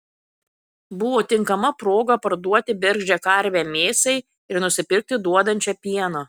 buvo tinkama proga parduoti bergždžią karvę mėsai ir nusipirkti duodančią pieno